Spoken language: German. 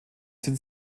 sind